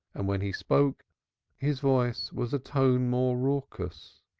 and when he spoke his voice was a tone more raucous.